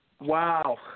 Wow